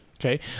Okay